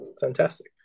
fantastic